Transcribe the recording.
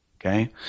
Okay